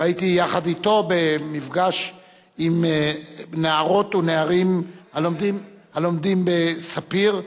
הייתי יחד אתו במפגש עם נערות ונערים הלומדים ב"ספיר",